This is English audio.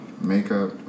Makeup